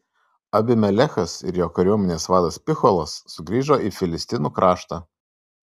abimelechas ir jo kariuomenės vadas picholas sugrįžo į filistinų kraštą